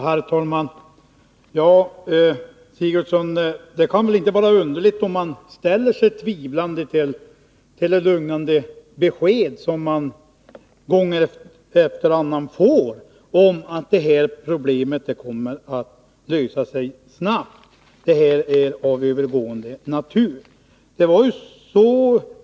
Herr talman! Det är väl inte underligt, Gertrud Sigurdsen, om man ställer sig tvivlande till det lugnande besked som man gång efter annan får om att detta problem kommer att lösas snabbt och att det är av övergående natur.